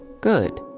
good